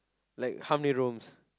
like how many rooms